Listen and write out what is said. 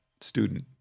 Student